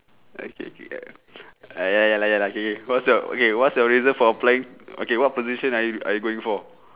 okay K ah ya lah ya lah okay what's your okay what's your reason for applying okay what position are you are you going for